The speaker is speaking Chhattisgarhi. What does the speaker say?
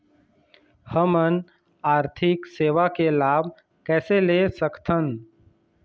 हमन आरथिक सेवा के लाभ कैसे ले सकथन?